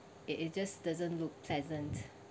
it it just doesn't look pleasant